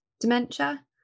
dementia